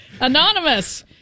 Anonymous